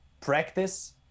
practice